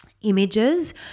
images